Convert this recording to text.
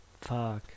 Fuck